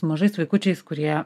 mažais vaikučiais kurie